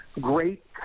great